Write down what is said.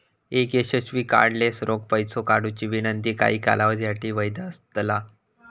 एक यशस्वी कार्डलेस रोख पैसो काढुची विनंती काही कालावधीसाठी वैध असतला